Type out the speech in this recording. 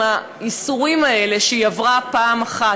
עם הייסורים האלה שהיא עברה פעם אחת.